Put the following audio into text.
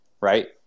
right